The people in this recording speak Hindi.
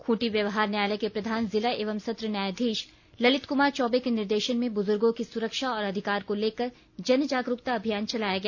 खूंटी व्यवहार न्यायालय के प्रधान जिला एवं सत्र न्यायाधीश ललित कुमार चौबे के निर्देशन में बुजुर्गो की सुरक्षा और अधिकार को लेकर जनजागरूकता अभियान चलाया गया